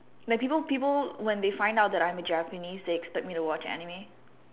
like people people when they find out that I'm a Japanese they expect me to watch anime